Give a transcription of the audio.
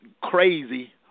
crazy